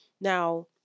Now